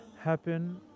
happen